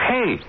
Hey